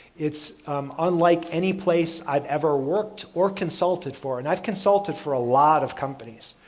it's unlike any place i've ever worked or consulted for and i've consulted for a lot of companies.